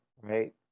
right